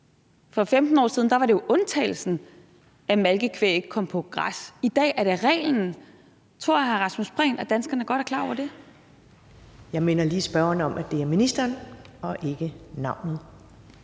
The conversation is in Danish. For 15 år siden var det jo undtagelsen, at malkekvæg ikke kom på græs – i dag er det reglen. Tror hr. Rasmus Prehn, at danskerne godt er klar over det? Kl. 10:13 Første næstformand (Karen Ellemann):